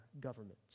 government